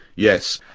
yes,